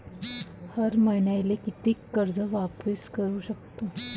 हर मईन्याले कितीक कर्ज वापिस करू सकतो?